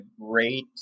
great